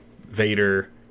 Vader